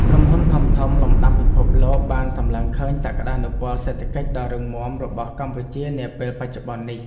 ក្រុមហ៊ុនធំៗលំដាប់ពិភពលោកបានសម្លឹងឃើញសក្តានុពលសេដ្ឋកិច្ចដ៏រឹងមាំរបស់កម្ពុជានាពេលបច្ចុប្បន្ននេះ។